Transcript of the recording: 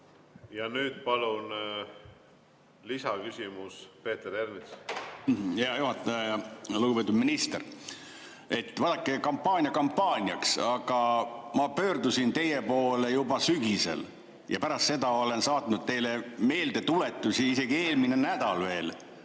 Nüüd palun lisaküsimus, Peeter Ernits! Hea juhataja! Lugupeetud minister! Vaadake, kampaania kampaaniaks, aga ma pöördusin teie poole juba sügisel, pärast seda olen saatnud teile meeldetuletusi. Isegi eelmisel nädalal veel